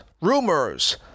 rumors